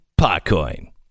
Potcoin